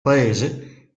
paese